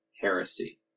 heresy